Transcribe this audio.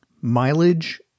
mileage